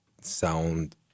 sound